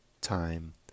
time